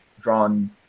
drawn